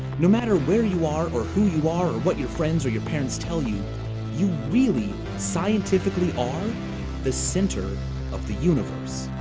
no matter where you are, or who you are, or what your friends or your parents, you you really, scientifically, are the center of the universe.